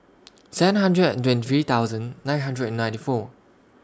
seven hundred and twenty three thousand nine hundred and ninety four